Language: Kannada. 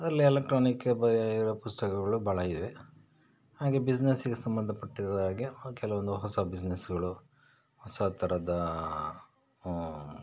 ಅದ್ರಲ್ಲಿ ಎಲೆಕ್ಟ್ರಾನಿಕ್ ಬ ಇರೋ ಪುಸ್ತಕಗಳು ಭಾಳ ಇವೆ ಹಾಗೇ ಬಿಸ್ನೆಸ್ಗೆ ಸಂಬಂಧಪಟ್ಟಿರುವ ಹಾಗೆ ಕೆಲವೊಂದು ಹೊಸ ಬಿಸ್ನೆಸ್ಗಳು ಹೊಸ ಥರದ